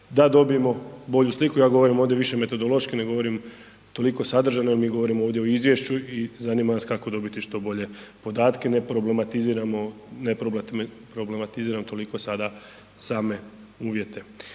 da dobijemo bolju sliku. Ja govorim ovdje metodološki, ne govorim toliko sadržajno jer mi govorimo ovdje o izvješću i zanima nas kako dobiti što bolje podatke, ne problematiziramo, ne problematiziramo toliko sada same uvjete.